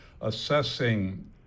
assessing